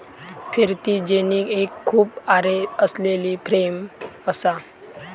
फिरती जेनी एक खूप आरे असलेली फ्रेम असा